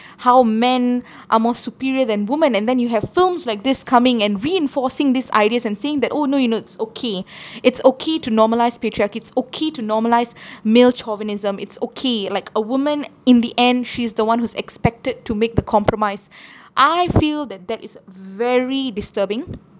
how men are more superior than woman and then you have films like this coming and reinforcing these ideas and saying that oh no it not it's okay it's okay to normalise patriarchy it's okay to normalise male chauvinism it's okay like a woman in the end she's the one who's expected to make the compromise I feel that that is uh very disturbing